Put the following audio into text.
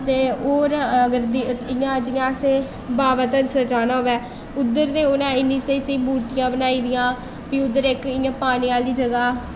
ते होर जि'यां अंदर अस बाबा ढंसर जाना होऐ उद्धर ते उ'नें इन्नियां स्हेई स्हेई मूर्तियां बनाई दियां फ्ही उद्धर इक पानी आह्ली जगह् ऐ